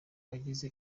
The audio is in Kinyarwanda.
bagize